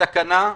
נמצאים בסכנה.